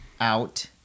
out